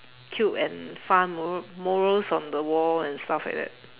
cute and fun mural murals on the wall and stuff like that